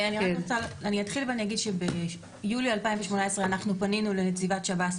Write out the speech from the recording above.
אני אתחיל ואני אגיד שביולי 2018 אנחנו פנינו לנציבת שב"ס,